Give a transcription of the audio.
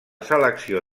selecció